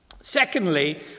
Secondly